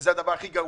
וזה הדבר הכי גרוע,